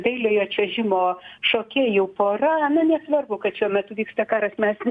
dailiojo čiuožimo šokėjų pora na nesvarbu kad šiuo metu vyksta karas mes